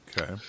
Okay